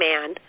man